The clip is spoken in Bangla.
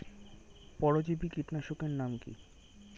পরজীবী কীটনাশকের নাম কি?